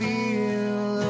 Feel